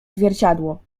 zwierciadło